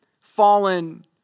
fallen